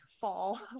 fall